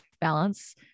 balance